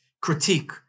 critique